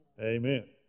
Amen